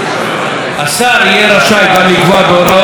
השר יהיה רשאי גם לקבוע הוראות לעניין